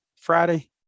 Friday